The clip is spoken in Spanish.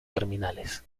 terminales